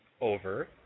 over